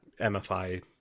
MFI